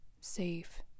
safe